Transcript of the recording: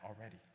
already